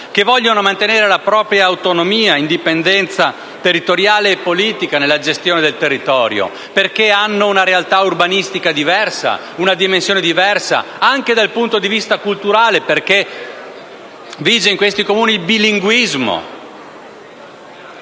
che vogliono mantenere la propria autonomia ed indipendenza territoriale e politica nella gestione del territorio, perché hanno una realtà urbanistica diversa, una dimensione diversa anche dal punto di vista culturale, perché in questi Comuni vige il bilinguismo.